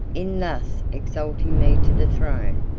in thus exalting me to the throne,